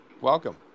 Welcome